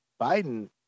Biden